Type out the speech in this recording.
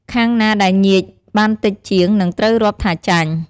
ខាងណាដែលញៀចបានតិចជាងនឹងត្រូវរាប់ថាចាញ់។